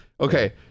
Okay